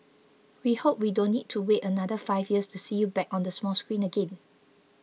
we hope we don't need to wait another five years to see you back on the small screen again